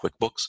QuickBooks